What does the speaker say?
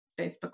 Facebook